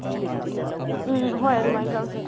ꯎꯝ ꯎꯝ ꯍꯣꯏ ꯑꯗꯨꯃꯥꯏꯅ ꯆꯠꯂꯁꯦ